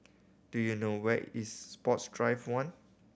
do you know where is Sports Drive One